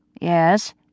Yes